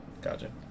Gotcha